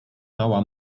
mała